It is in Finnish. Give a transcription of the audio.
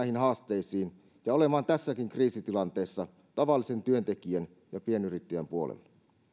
haasteisiin ja olemaan tässäkin kriisitilanteessa tavallisen työntekijän ja pienyrittäjän puolella